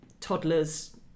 toddlers